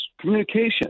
communication